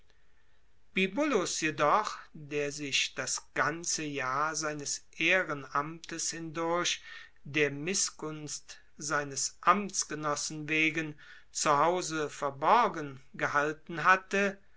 bibulus jedoch der sich das ganze jahr seines ehrenamtes hindurch der mißgunst seines amtsgenossen wegen zu hause verborgen gehalten hatte